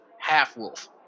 half-wolf